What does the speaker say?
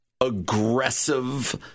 aggressive